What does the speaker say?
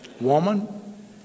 woman